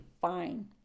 fine